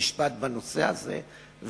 חוק ומשפט בנושא הזה,